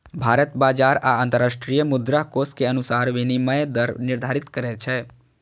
भारत बाजार आ अंतरराष्ट्रीय मुद्राकोष के अनुसार विनिमय दर निर्धारित करै छै